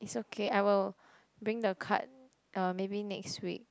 it's okay I'll bring the card uh maybe next week